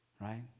right